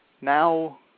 now